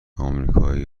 آمریکایی